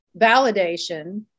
Validation